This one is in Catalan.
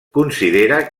considera